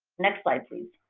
next slide, please.